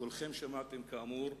כולכם שמעתם, כאמור,